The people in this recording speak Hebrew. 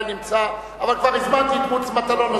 כבר הזמנתי את מוץ מטלון,